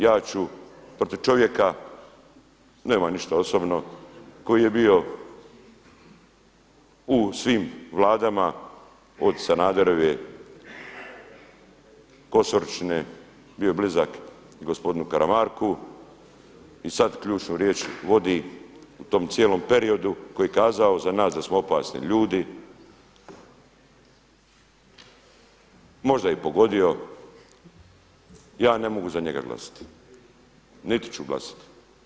Ja ću, protiv čovjeka, nemam ništa osobno, koji je bio u svim Vladama, od Sanaderove, Kosoričine, bio je blizak i gospodinu Karamarku i sada ključnu riječ vodi u tom cijelom periodu koji je kazao za nas da smo opasni ljudi, možda je i pogodio, ja ne mogu za njega glasati niti ću glasati.